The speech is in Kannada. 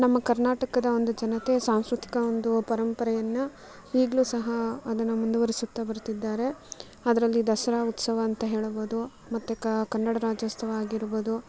ನಮ್ಮ ಕರ್ನಾಟಕದ ಒಂದು ಜನತೆ ಸಾಂಸ್ಕೃತಿಕ ಒಂದು ಪರಂಪರೆಯನ್ನು ಈಗಲೂ ಸಹ ಅದನ್ನು ಮುಂದುವರಿಸುತ್ತಾ ಬರುತ್ತಿದ್ದಾರೆ ಅದರಲ್ಲಿ ದಸರಾ ಉತ್ಸವ ಅಂತ ಹೇಳ್ಬೋದು ಮತ್ತು ಕನ್ನಡ ರಾಜ್ಯೋತ್ಸವ ಆಗಿರ್ಬೋದು